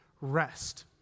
rest